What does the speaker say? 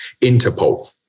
Interpol